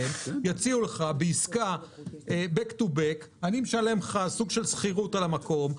יציעו לך בעסקה back to back: אני משלם לך סוג של שכירות על המקום,